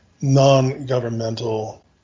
non-governmental